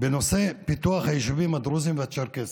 בנושא פיתוח היישובים הדרוזיים והצ'רקסיים.